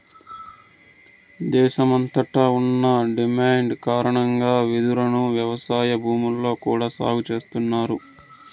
దేశమంతట ఉన్న డిమాండ్ కారణంగా వెదురును వ్యవసాయ భూముల్లో కూడా సాగు చేస్తన్నారు